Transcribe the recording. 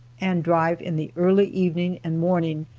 and drive in the early evening and morning,